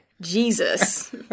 Jesus